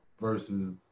versus